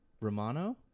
romano